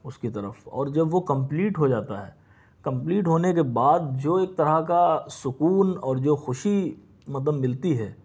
اُس کی طرف اور جب وہ کمپلیٹ ہو جاتا ہے کمپلیٹ ہونے کے بعد جو ایک طرح کا سکون اور جو خوشی مطلب ملتی ہے